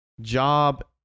job